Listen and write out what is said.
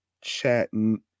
chatting